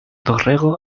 dorrego